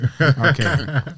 Okay